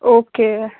okay